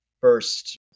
first